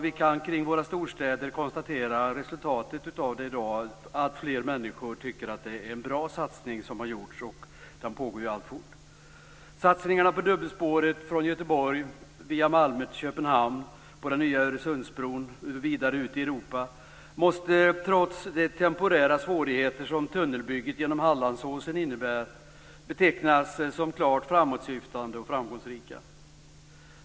Vi kan kring våra storstäder i dag konstatera att resultatet är att fler människor tycker att det är en bra satsning som har gjorts. Den pågår ju alltfort. Malmö till Köpenhamn på den nya Öresundsbron och vidare ut i Europa måste, trots de temporära svårigheter som tunnelbygget genom Hallandsåsen innebär, betecknas som klart framåtsyftande och framgångsrika.